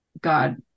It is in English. God